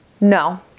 no